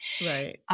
Right